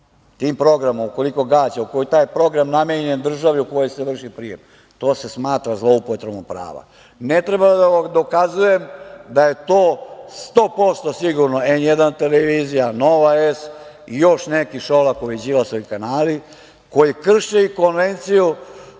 tim programom ukoliko gađa, ako je taj program namenjen državi u kojoj se vrši prijem, to se smatra zloupotrebom prava. Ne treba da vam dokazujem da je to 100% sigurno, „N1“ televizija, „Nova S“ i još neki Šolakovi i Đilasovi kanali koji krše i Konvenciju